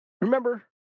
Remember